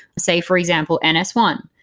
say for example n s one.